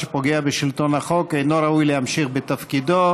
להמשיך בתפקידו.